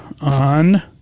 on